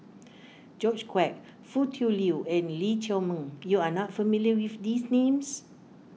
George Quek Foo Tui Liew and Lee Chiaw Meng you are not familiar with these names